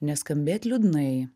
neskambėt liūdnai